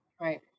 Right